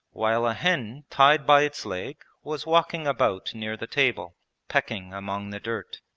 while a hen tied by its leg was walking about near the table pecking among the dirt.